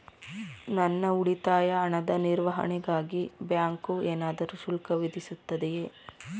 ನನ್ನ ಉಳಿತಾಯ ಹಣದ ನಿರ್ವಹಣೆಗಾಗಿ ಬ್ಯಾಂಕು ಏನಾದರೂ ಶುಲ್ಕ ವಿಧಿಸುತ್ತದೆಯೇ?